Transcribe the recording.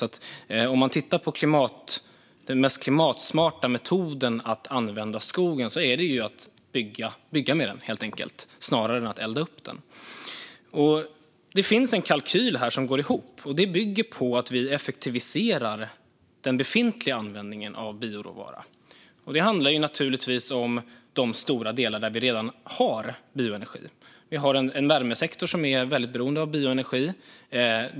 Att bygga av skogen snarare än att elda upp den är alltså den mest klimatsmarta metoden att använda skogen. Det finns en kalkyl som går ihop, och den bygger på att vi effektiviserar den befintliga användningen av bioråvara. Det handlar naturligtvis om de stora delar där vi redan har bioenergi. Vi har en värmesektor som är väldigt beroende av bioenergi.